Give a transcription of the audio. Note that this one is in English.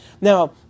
Now